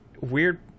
weird